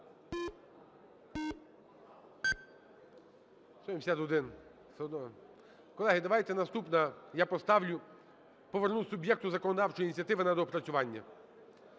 Колеги, давайте наступна: я поставлю повернути суб'єкту законодавчої ініціативи на доопрацювання.